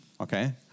okay